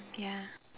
ya